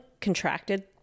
contracted